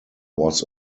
was